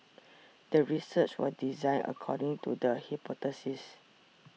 the research was designed according to the hypothesis